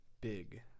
big